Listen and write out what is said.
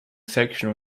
section